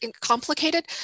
complicated